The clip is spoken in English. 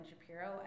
Shapiro